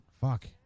fuck